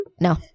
No